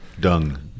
dung